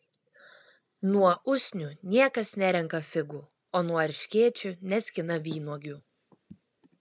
nuo usnių niekas nerenka figų o nuo erškėčių neskina vynuogių